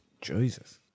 Jesus